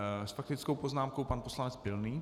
S faktickou poznámkou pan poslanec Pilný.